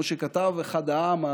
כמו שכתב אחד העם,